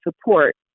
support